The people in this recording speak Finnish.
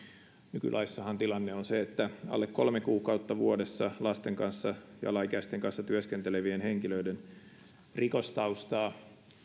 nykylaissahan tilanne on se että alle kolme kuukautta vuodessa lasten ja alaikäisten kanssa työskentelevien henkilöiden rikostaustaa